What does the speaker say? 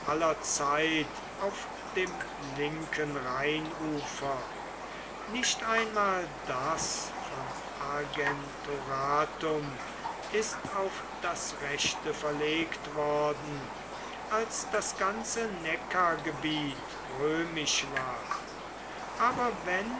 zeit auf dem linken rheinufer nicht einmal das von argentoratum ist auf das rechte verlegt worden als das ganze neckargebiet römisch war aber wenn